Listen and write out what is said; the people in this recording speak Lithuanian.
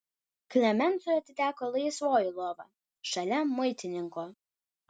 klemensui atiteko laisvoji lova šalia muitininko